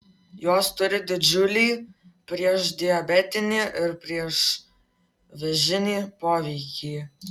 jos turi didžiulį priešdiabetinį ir priešvėžinį poveikį